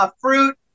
fruit